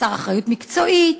חסר אחריות מקצועית.